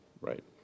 right